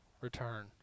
return